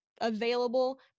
available